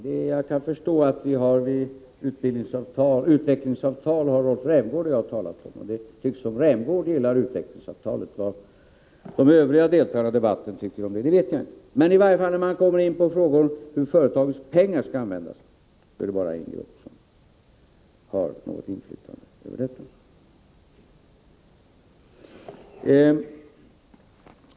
Rolf Rämgård och jag har talat om utvecklingsavtalet. Rämgård tycks gilla utvecklingsavtalet. Vad de övriga deltagarna i debatten tycker vet jag inte. Men när man kommer in på frågor om hur företagets pengar skall användas är det bara en grupp som har något inflytande.